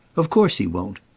of course he won't.